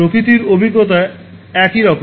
প্রকৃতির অভিজ্ঞতা একই রকম